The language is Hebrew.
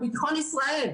ביטחון ישראל,